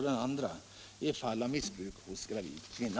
«gravid kvinna.